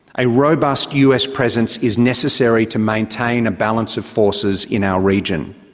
a robust us presence is necessary to maintain a balance of forces in our region.